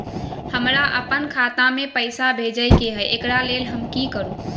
हमरा अपन खाता में पैसा भेजय के है, एकरा लेल हम की करू?